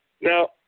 now